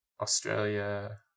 Australia